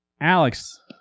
Alex